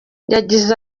yagize